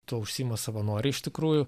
tuo užsiima savanoriai iš tikrųjų